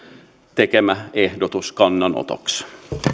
tekemää ehdotusta kannanotoksi